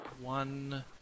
one